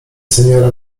seniora